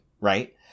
right